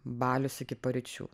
balius iki paryčių